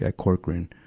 ah corcoran.